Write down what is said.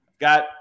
got